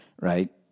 right